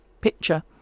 picture